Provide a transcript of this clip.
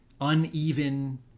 uneven